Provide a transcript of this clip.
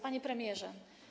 Panie Premierze!